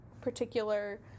particular